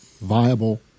viable